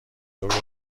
دکتر